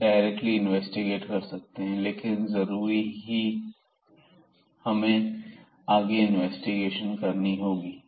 directly investigate कर सकते हैं लेकिन जरूरी ही हमें आगे इन्वेस्टिगेशन करनी होगी